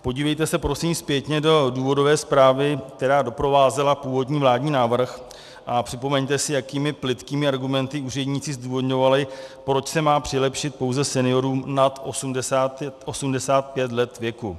Podívejte se prosím zpětně do důvodové zprávy, která doprovázela původní vládní návrh, a připomeňte si, jakými plytkými argumenty úředníci zdůvodňovali, proč se má přilepšit pouze seniorům nad 85 let věku.